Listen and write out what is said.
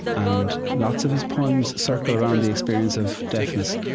and lots of his poems circle around the experience of deafness.